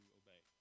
obey